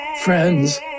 Friends